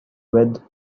red